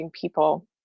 people